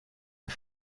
een